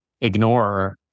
ignore